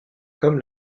comme